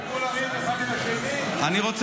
לריב אחד עם השני --- הכול